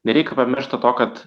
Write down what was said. nereikia pamiršti to kad